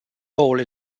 role